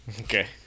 Okay